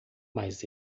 mas